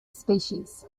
species